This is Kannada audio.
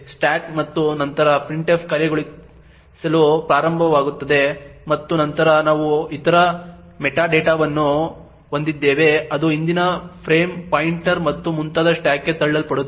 ಸ್ಟಾಕ್ ಮತ್ತು ನಂತರ printf ಕಾರ್ಯಗತಗೊಳಿಸಲು ಪ್ರಾರಂಭವಾಗುತ್ತದೆ ಮತ್ತು ನಂತರ ನಾವು ಇತರ ಮೆಟಾಡೇಟಾವನ್ನು ಹೊಂದಿದ್ದೇವೆ ಅದು ಹಿಂದಿನ ಫ್ರೇಮ್ ಪಾಯಿಂಟರ್ ಮತ್ತು ಮುಂತಾದ ಸ್ಟಾಕ್ಗೆ ತಳ್ಳಲ್ಪಡುತ್ತದೆ